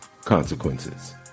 consequences